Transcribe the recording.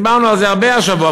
דיברנו על זה הרבה השבוע,